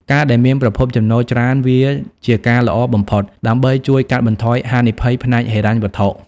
ការដែលមានប្រភពចំណូលច្រើនវាជាការល្អបំផុត ដើម្បីជួយកាត់បន្ថយហានិភ័យផ្នែកហិរញ្ញវត្ថុ។